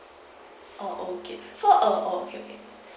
oh okay so um okay okay